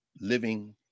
living